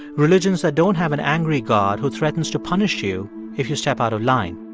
religions that don't have an angry god who threatens to punish you if you step out of line,